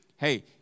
hey